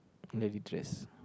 let it dress